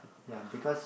ya because